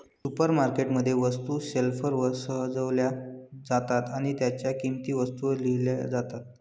supermarket मध्ये, वस्तू शेल्फवर सजवल्या जातात आणि त्यांच्या किंमती वस्तूंवर लिहिल्या जातात